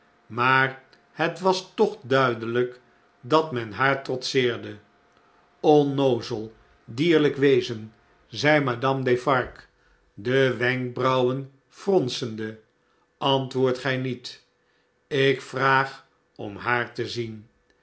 maar het was toch duidelp dat men haar trotseerde onnoozel dierlijk wezen zei madame defarge de wenkbrauwen fronsende antwoord gij niet ik vraag om haar te zien